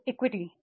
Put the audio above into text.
तो इक्विटी